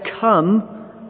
come